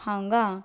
हांगा